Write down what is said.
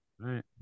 right